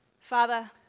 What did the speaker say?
Father